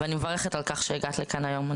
אני מברכת על כך שהגעת לכאן היום.